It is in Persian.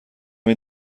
این